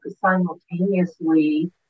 simultaneously